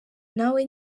nawe